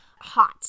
hot